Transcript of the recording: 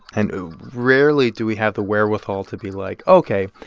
and rarely do we have the wherewithal to be like, ok,